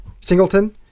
Singleton